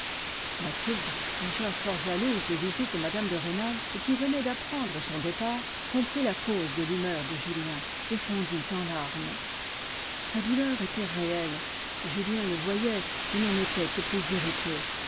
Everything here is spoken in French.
mathilde déjà fort jalouse des visites de mme de rênal et qui venait d'apprendre son départ comprit la cause de l'humeur de julien et fondit en larmes sa douleur était réelle julien le voyait et n'en était que plus irrité